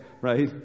right